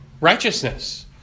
righteousness